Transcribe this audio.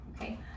okay